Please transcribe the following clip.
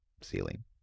ceiling